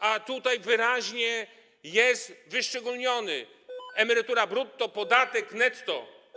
A tutaj wyraźnie jest wyszczególnione: emerytura brutto, podatek, netto.